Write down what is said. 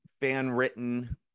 fan-written